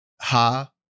Ha